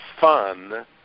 fun